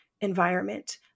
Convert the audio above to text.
environment